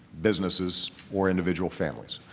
businesses, or individual families.